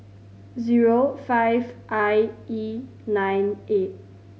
zero five I E nine eight